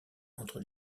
entre